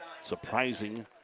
Surprising